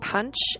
Punch